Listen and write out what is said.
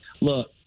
Look